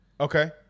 Okay